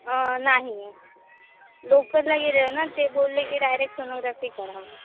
नाही लोकलला गेलेलो ना ते बोलले की डायरेक सोनोग्राफी करा